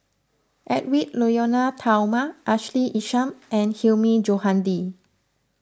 Edwy Lyonet Talma Ashley Isham and Hilmi Johandi